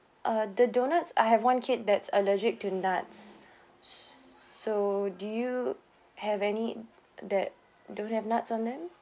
uh the doughnuts I have one kid that's allergic to nuts s~ s~ so do you have any that don't have nuts on them